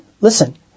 listen